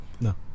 No